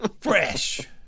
Fresh